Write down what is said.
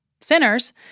sinners